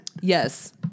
Yes